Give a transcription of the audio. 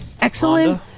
Excellent